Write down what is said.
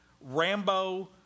Rambo